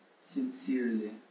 sincerely